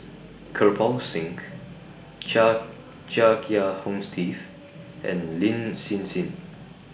Kirpal Singh Chia Chia Kiah Hong Steve and Lin Hsin Hsin